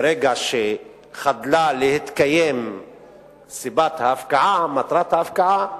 ברגע שחדלה להתקיים סיבת ההפקעה, מטרת ההפקעה,